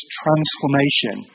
transformation